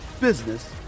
business